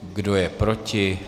Kdo je proti?